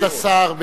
כבוד השר,